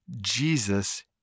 Jesus